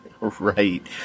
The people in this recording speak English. Right